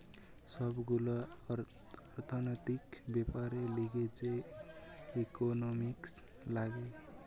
সব গুলা অর্থনৈতিক বেপারের লিগে যে ইকোনোমিক্স লাগে